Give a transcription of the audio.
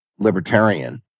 libertarian